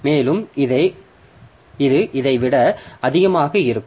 மேலும் இது இதை விட அதிகமாக இருக்கும்